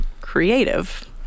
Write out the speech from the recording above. creative